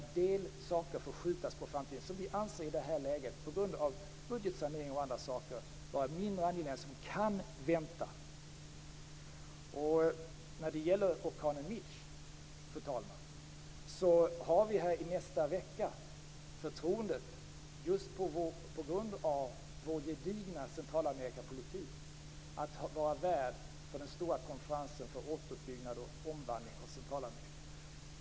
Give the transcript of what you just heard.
En del saker, vilka vi i detta läge på grund av t.ex. budgetsanering anser vara mindre angelägna och kan vänta, får skjutas på framtiden. När det gäller orkanen Mitch, fru talman, har vi just på grund av vår gedigna Centralamerikapolitik fått förtroendet att i nästa vecka vara värd för den stora konferensen för återuppbyggnad och omvandling av Centralamerika.